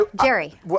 Jerry